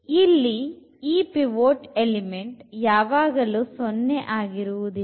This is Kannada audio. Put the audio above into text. ಇಲ್ಲಿ ಈ ಪಿವೊಟ್ ಎಲಿಮೆಂಟ್ ಯಾವಾಗಲು 0 ಆಗಿರುವುದಿಲ್ಲ